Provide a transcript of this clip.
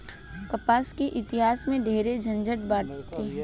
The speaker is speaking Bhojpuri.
कपास के इतिहास में ढेरे झनझट बाटे